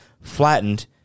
flattened